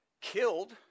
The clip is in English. killed